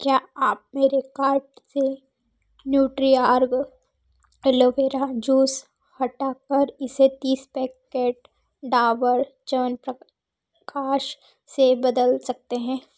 क्या आप मेरे कार्ट से न्यूट्रीओर्ग एलोवेरा जूस हटा कर इसे तीस पैकेट डाबर च्यवनप्राश से बदल सकते हैं